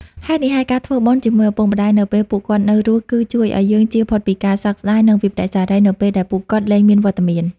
ហេតុនេះហើយ ការធ្វើបុណ្យជាមួយឪពុកម្តាយនៅពេលពួកគាត់នៅរស់ គឺជួយឲ្យយើងចៀសផុតពីការសោកស្តាយ និងវិប្បដិសារីនៅពេលដែលពួកគាត់លែងមានវត្តមាន។